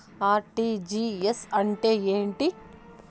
RTGS అంటే ఏమి